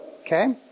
okay